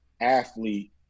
athlete